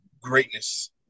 greatness